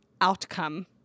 outcome